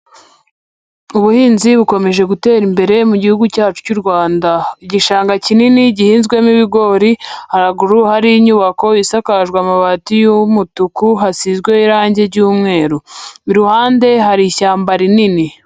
Ubuhinzi bukomeje gutera imbere mu gihugu cyacu cy'u Rwanda, igishanga kinini gihinzwemo ibigori haruguru hari inyubako isakajwe amabati y'umutuku hasizweho irange ry'umweru, iruhande hari ishyamba rinini.